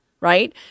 right